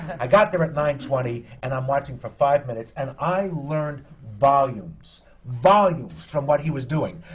i got there at nine twenty, and i'm watching for five minutes, and i learned volumes volumes! from what he was doing.